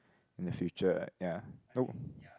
in the future ya no